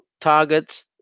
targets